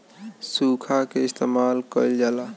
सुखा के इस्तेमाल कइल जाला